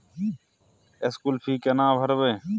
School fee केना भरबै?